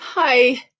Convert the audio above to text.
Hi